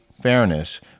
fairness